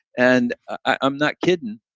and i'm not kidding,